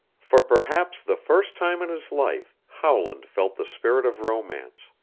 for perhaps the first time in his life howland felt the spirit of romance,